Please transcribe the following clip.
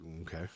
okay